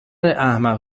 احمق